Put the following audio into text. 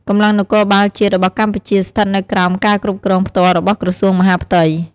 កម្លាំងនគរបាលជាតិរបស់កម្ពុជាស្ថិតនៅក្រោមការគ្រប់គ្រងផ្ទាល់របស់ក្រសួងមហាផ្ទៃ។